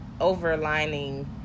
overlining